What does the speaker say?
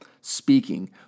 speaking